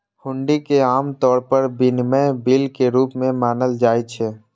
हुंडी कें आम तौर पर विनिमय बिल के रूप मे मानल जाइ छै